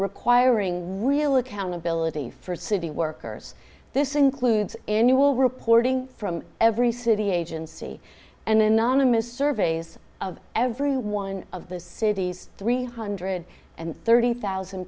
requiring real accountability for city workers this includes annual reporting from every city agency an anonymous surveys of every one of the city's three hundred and thirty thousand